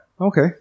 okay